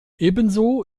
ebenso